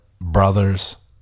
brothers